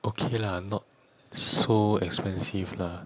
okay lah not so expensive lah